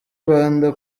rwanda